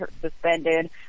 suspended